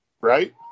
Right